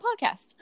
podcast